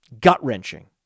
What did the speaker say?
gut-wrenching